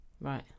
Right